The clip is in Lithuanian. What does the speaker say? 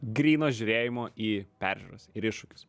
gryno žiūrėjimo į peržiūras ir iššūkis